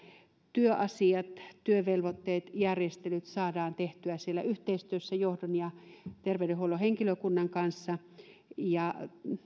työasiat työvelvoitteet ja järjestelyt saadaan tehtyä siellä yhteistyössä johdon ja terveydenhuollon henkilökunnan kanssa ja